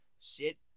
sit